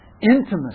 intimacy